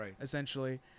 essentially